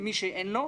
למי שאין לו.